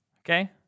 okay